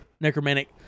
necromantic